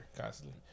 constantly